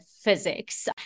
physics